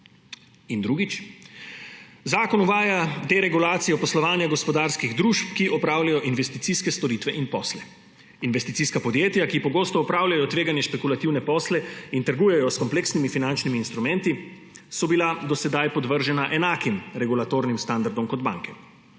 In drugič, zakon uvaja deregulacijo poslovanja gospodarskih družb, ki opravljajo investicijske storitve in posle. Investicijska podjetja, ki pogosto opravljajo tvegane špekulativne posle in trgujejo s kompleksnimi finančnimi instrumenti, so bila do sedaj podvržena enakim regulatornim standardom kot banke.